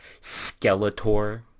Skeletor